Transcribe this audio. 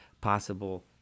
possible